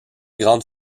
grandes